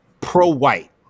pro-white